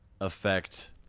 affect